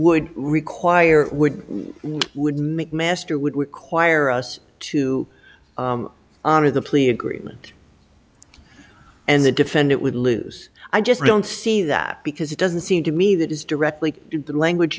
would require would would make master would require us to honor the plea agreement and the defendant would lose i just don't see that because it doesn't seem to me that is directly in the language